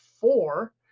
four